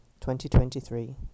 2023